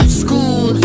school